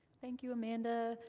thank you amanda,